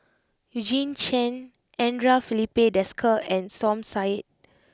Eugene Chen Andre Filipe Desker and Som Said